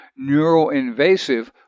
neuroinvasive